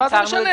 מה זה משנה?